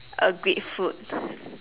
err great food